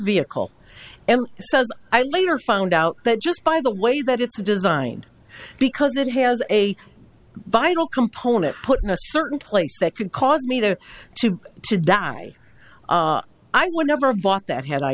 says i later found out that just by the way that it's designed because it has a vital component put in a certain place that could cause me to to to die i would never have bought that had i